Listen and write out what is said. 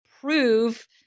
prove